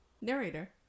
Narrator